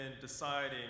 deciding